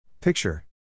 Picture